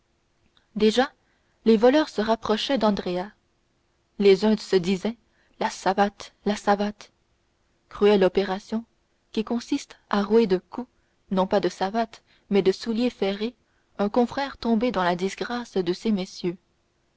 déjà les voleurs se rapprochaient d'andrea les uns se disaient la savate la savate cruelle opération qui consiste à rouer de coups non pas de savate mais de soulier ferré un confrère tombé dans la disgrâce de ces messieurs